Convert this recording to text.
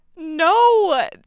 no